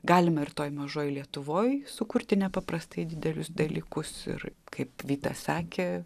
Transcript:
galima ir toj mažoj lietuvoj sukurti nepaprastai didelius dalykus ir kaip vytas sakė